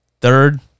Third